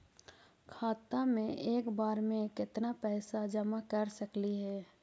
खाता मे एक बार मे केत्ना पैसा जमा कर सकली हे?